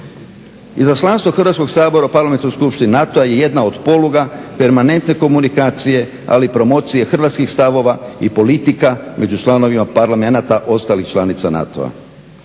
Izaslanstvo Hrvatskog sabora u Parlamentarnoj skupštini NATO-a je jedna od poluga permanentne komunikacije, ali i promocije hrvatskih stavova i politika među članovima parlamenata ostalih članica NATO-a